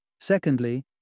Secondly